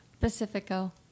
Pacifico